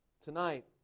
Tonight